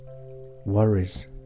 worries